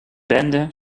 bende